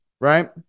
right